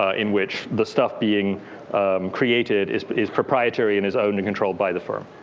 ah in which the stuff being created is but is proprietary and is owned and controlled by the firm.